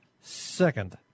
second